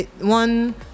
one